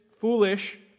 foolish